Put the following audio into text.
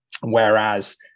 Whereas